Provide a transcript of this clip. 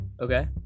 Okay